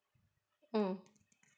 mm